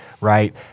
right